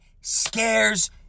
scares